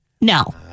No